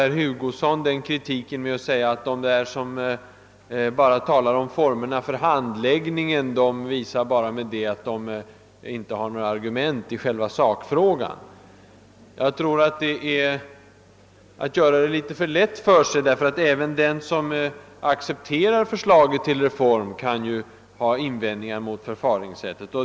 Herr Hugosson avfärdade kritiken med att säga, att de som bara talar om formerna för handläggningen, visar att de inte har några argument i själva sakfrågan. Jag tror emellertid att herr Hugosson gör det litet för lätt för sig, ty även den som accepterar reformförslaget kan ju ha invändningar att göra mot förfaringssättet.